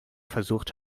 versucht